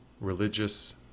religious